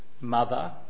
mother